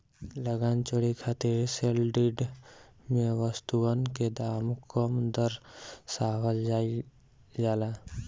लगान चोरी खातिर सेल डीड में वस्तुअन के दाम कम दरसावल जाइल जाला